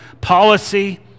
policy